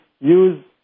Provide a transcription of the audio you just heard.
use